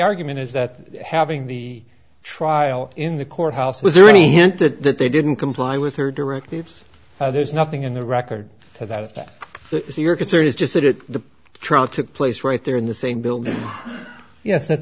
argument is that having the trial in the courthouse was there any hint that they didn't comply with her directives there's nothing in the record to that that your concern is just that it the trial took place right there in the same building yes that